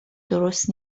درست